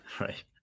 right